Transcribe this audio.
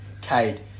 Cade